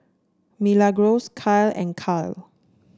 Milagros Kyle and Kyle